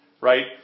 right